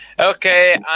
Okay